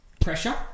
pressure